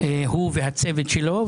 גם הצוות שלו.